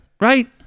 Right